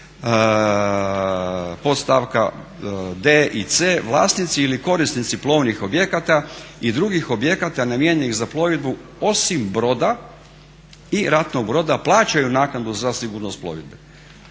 podstavka d i c vlasnici ili korisnici plovnih objekata i drugih objekata namijenjenih za plovidbu, osim broda i ratnog broda plaćaju naknadu za sigurnost plovidbe.